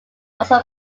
also